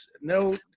no